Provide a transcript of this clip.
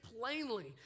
plainly